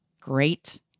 great